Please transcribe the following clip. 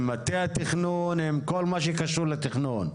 עם מטה התכנון ועם כל מה שקשור בתכנון.